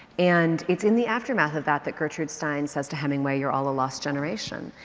and it's in the aftermath of that, that gertrude stein says to hemingway, you're all a lost generation.